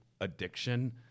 addiction